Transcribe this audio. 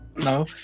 No